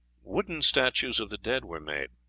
wooden statues of the dead were made.